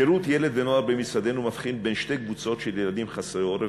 שירות ילד ונוער במשרדנו מבחין בין שתי קבוצות של ילדים חסרי עורף,